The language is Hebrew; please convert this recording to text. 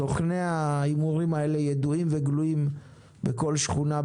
סוכני ההימורים האלה ידועים וגלויים בכל שכונה,